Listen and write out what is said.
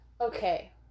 okay